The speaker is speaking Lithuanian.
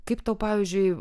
kaip tau pavyzdžiui